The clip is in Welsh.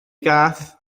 gath